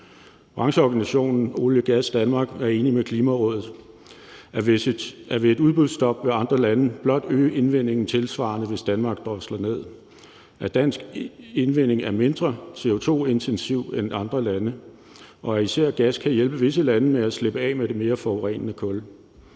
Brancheorganisationen Olie Gas Danmark er enig med Klimarådet i, at ved et udbudsstop vil andre lande blot øge indvindingen tilsvarende det, Danmark drosler ned; at dansk indvinding er mindre CO2-intensiv end andre landes; og at især gas kan hjælpe visse lande med at slippe af med det mere forurenende kul.